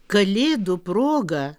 kalėdų proga